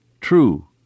true